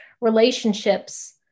relationships